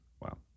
Wow